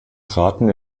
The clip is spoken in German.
traten